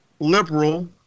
Liberal